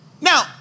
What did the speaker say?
Now